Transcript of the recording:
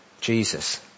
Jesus